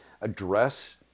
address